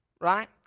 right